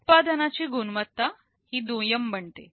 उत्पादनाची गुणवत्ता ही दुय्यम बनते